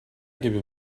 gibi